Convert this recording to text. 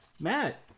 Matt